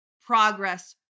progress